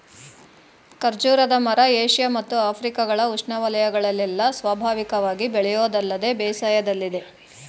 ಖರ್ಜೂರದ ಮರ ಏಷ್ಯ ಮತ್ತು ಆಫ್ರಿಕಗಳ ಉಷ್ಣವಯಗಳಲ್ಲೆಲ್ಲ ಸ್ವಾಭಾವಿಕವಾಗಿ ಬೆಳೆಯೋದಲ್ಲದೆ ಬೇಸಾಯದಲ್ಲಿದೆ